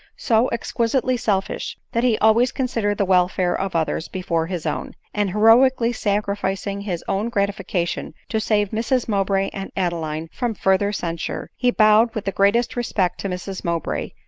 so exquisitely selfish, that he always considered the welfare of others before his own, and heroically sacrificing his own gratification to save mrs mowbray and adeline from further censure, he bowed with the greatest respect to mrs mowbray,